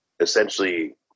essentially